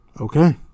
Okay